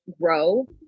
grow